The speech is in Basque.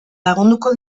lagunduko